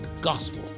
gospel